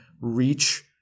reach